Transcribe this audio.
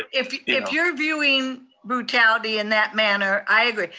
if if you're viewing brutality in that manner, i agree,